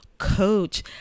Coach